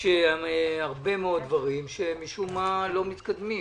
יש הרבה מאוד דברים, שמשום מה לא מתקדמים.